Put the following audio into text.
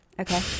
Okay